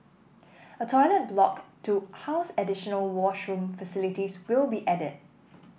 a toilet block to house additional washroom facilities will be added